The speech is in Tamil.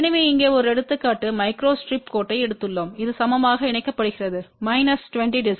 எனவே இங்கே ஒரு எடுத்துக்காட்டு மைக்ரோஸ்டிரிப் கோட்டை எடுத்துள்ளோம் இது சமமாக இணைக்கப்படுகிறது மைனஸ் 20 dB